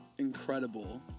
incredible